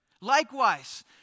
Likewise